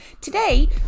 Today